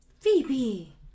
Phoebe